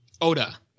Oda